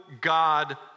God